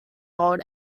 old